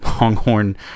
Longhorn